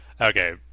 Okay